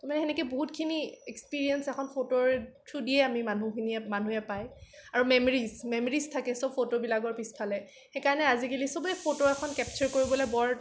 তাৰমানে সেনেকে বহুতখিনি এক্সপেৰিয়েঞ্চ এখন ফটোৰ থ্ৰোদিয়ে আমি মানুহখিনিয়ে মানুহে পায় আৰু মেমৰিজ মেমৰিজ থাকে চব ফটোবিলাকৰ পিছফালে সেইকাৰণে আজিকালি চবে ফটো এখন কেপচাৰ কৰিবলে বৰ